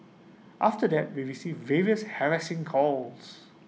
after that we received various harassing calls